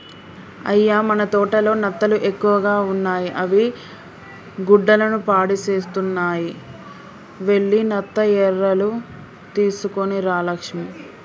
అయ్య మన తోటలో నత్తలు ఎక్కువగా ఉన్నాయి అవి గుడ్డలను పాడుసేస్తున్నాయి వెళ్లి నత్త ఎరలు తీసుకొని రా లక్ష్మి